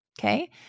okay